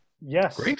Yes